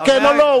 או כן, או לא.